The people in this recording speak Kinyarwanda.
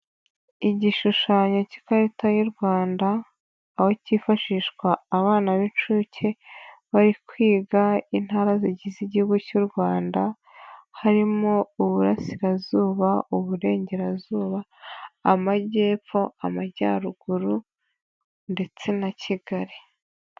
Igishushanyo k'ikarita y'u Rwanda, aho cyifashishwa abana b'inshuke bari kwiga intara zigize igihugu cy'u Rwanda, harimo Uburasirazuba, Uburengerazuba, Amajyepfo, Amajyaruguru ndetse na Kigali.